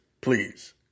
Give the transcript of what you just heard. Please